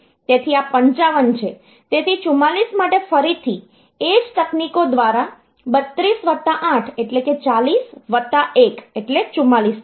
તેથી આ 55 છે તેથી 44 માટે ફરીથી એ જ તકનીકો દ્વારા 32 વત્તા 8 એટલે 40 વત્તા 1 એટલે 44 થશે